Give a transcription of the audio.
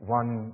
one